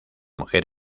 mujer